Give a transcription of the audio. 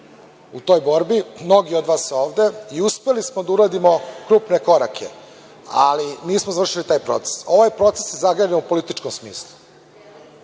u toj borbi, mnogi od vas ovde i uspeli smo da uradimo krupne korake, ali nismo završili taj proces. Ovaj proces je zaglavljen u političkom smislu. On